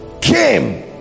came